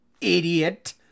idiot